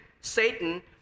Satan